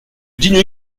digne